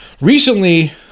Recently